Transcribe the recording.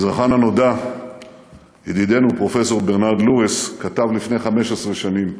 המזרחן הנודע ידידנו פרופסור ברנרד לואיס כתב לפני 15 שנים: